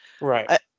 right